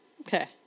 Okay